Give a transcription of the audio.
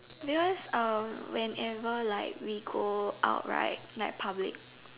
because um whenever like we go out right like public